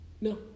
No